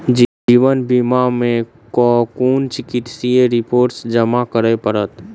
जीवन बीमा मे केँ कुन चिकित्सीय रिपोर्टस जमा करै पड़त?